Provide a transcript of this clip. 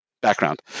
background